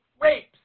Rapes